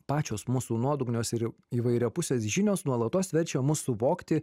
pačios mūsų nuodugnios ir įvairiapusės žinios nuolatos verčia mus suvokti